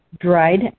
dried